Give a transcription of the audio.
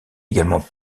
également